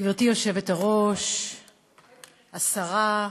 גברתי היושבת-ראש, השרה,